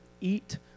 eat